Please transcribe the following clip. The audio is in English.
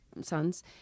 sons